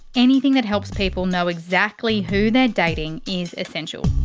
anything that helps people know exactly who they're dating is essential.